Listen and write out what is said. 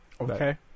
Okay